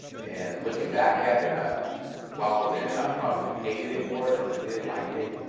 and looking back at it, ah while i was in it, i probably hated it more than i did like it.